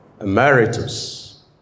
Emeritus